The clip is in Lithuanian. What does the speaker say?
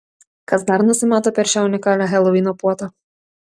kas dar nusimato per šią unikalią helovino puotą